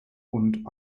und